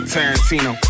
Tarantino